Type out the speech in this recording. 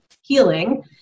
healing